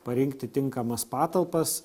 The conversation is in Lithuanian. parinkti tinkamas patalpas